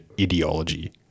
ideology